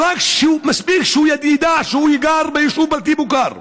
מספיק שהוא ידע שהוא גר ביישוב בלתי מוכר,